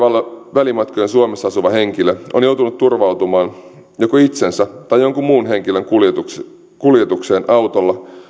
välimatkojen suomessa asuva henkilö on joutunut turvautumaan joko itsensä tai jonkun muun henkilön kuljetukseen kuljetukseen autolla